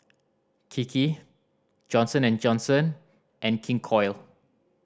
Kiki Johnson and Johnson and King Koil